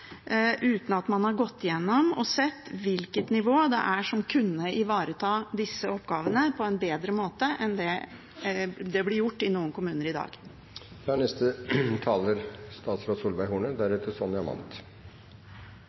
uten at man har gått igjennom og sett på hvilket nivå som kunne ivaretatt disse oppgavene på en bedre måte enn det det blir gjort i noen kommuner i